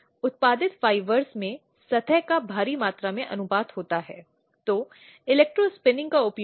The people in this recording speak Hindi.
इसलिए यौन उत्पीड़न के एक मामले में पक्षों की सुनवाई का अनिवार्य रूप से यही मतलब है